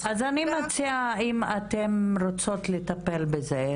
אז אני מציעה שאם אתן רוצות לטפל בזה,